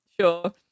sure